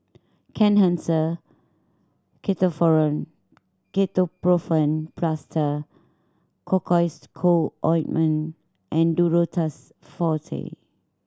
Kenhancer Ketoprofen Plaster Cocois Co Ointment and Duro Tuss Forte